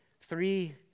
Three